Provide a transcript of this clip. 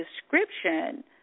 description